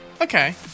Okay